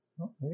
okay